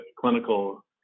clinical